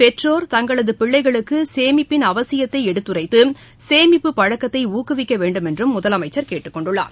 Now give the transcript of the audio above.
பெற்றோர்கள் தங்களது பிள்ளைகளுக்கு சேமிப்பின் அவசியத்தை எடுத்துரைத்து சேமிப்பு பழக்கத்தை ஊக்குவிக்க வேண்டும் என்று முதலமைச்சர் கேட்டுக்கொண்டுள்ளார்